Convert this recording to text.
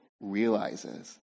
realizes